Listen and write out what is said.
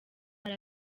hari